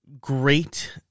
great